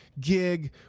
Gig